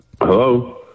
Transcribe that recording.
hello